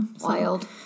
Wild